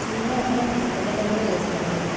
মোৰ মানে অকণমান সোনকালে পাবগৈ লাগিছিলে ঘৰ